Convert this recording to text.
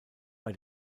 bei